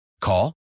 Call